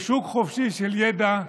משוק חופשי של ידע,